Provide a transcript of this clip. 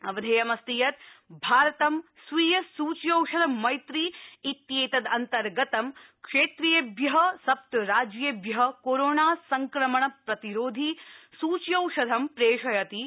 अवधेयं अस्ति यत् भारतं स्वीय सूच्यौषध मैत्री इत्येतदन्तर्गतं क्षेत्रीयेभ्य सप्तराज्येभ्य कोरोना संक्रमण प्रतिरोधी सूच्यौषधं प्रेषयति इति